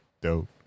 Dope